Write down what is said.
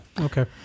Okay